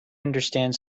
understand